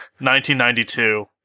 1992